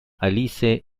alice